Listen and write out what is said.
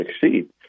succeed